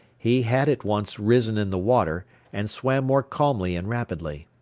he had at once risen in the water and swam more calmly and rapidly.